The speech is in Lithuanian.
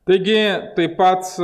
taigi tai pats